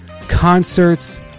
Concerts